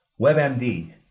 WebMD